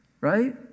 right